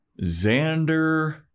Xander